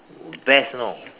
best you know